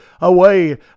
away